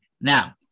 now